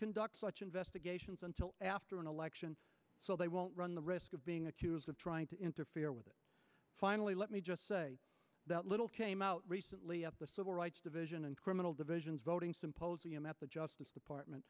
conduct investigations until after an election so they won't run the risk of being accused of trying to interfere with it finally let me just say that little came out recently at the civil rights division and criminal divisions voting symposium at the justice department